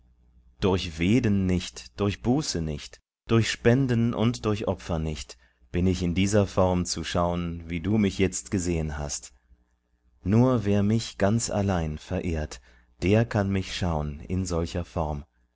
durch veden nicht durch buße nicht durch spenden und durch opfer nicht bin ich in dieser form zu schaun wie du mich jetzt gesehen hast nur wer mich ganz allein verehrt der kann mich schaun in solcher form